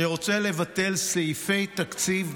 אני רוצה לבטל סעיפי תקציב,